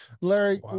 larry